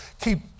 keep